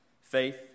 faith